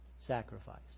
sacrifice